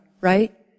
right